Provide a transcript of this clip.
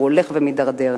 הוא הולך והוא מידרדר,